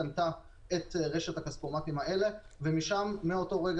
קנתה את רשת הכספומטים האלה ומאותו רגע